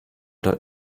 dort